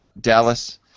Dallas